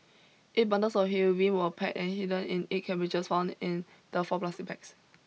eight bundles of heroin were packed and hidden in eight cabbages found in the four plastic bags